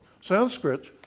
Sanskrit